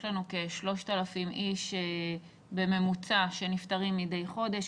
יש לנו כ-3,000 איש בממוצע שנפטרים מדי חודש,